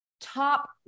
top